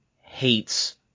hates